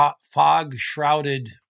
fog-shrouded